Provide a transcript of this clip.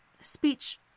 speech